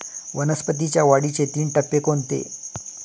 वनस्पतींच्या वाढीचे तीन टप्पे कोणते?